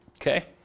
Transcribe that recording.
Okay